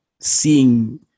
seeing